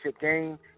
game